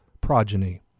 progeny